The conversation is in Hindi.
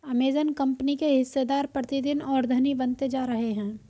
अमेजन कंपनी के हिस्सेदार प्रतिदिन और धनी बनते जा रहे हैं